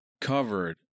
covered